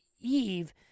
Eve